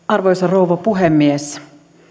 arvoisa rouva puhemies